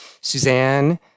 suzanne